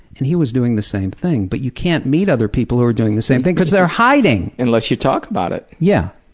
and he was doing the same thing, but you can't meet other people who are doing the same thing, because they're hiding! unless you talk about it ed yeah,